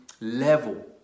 level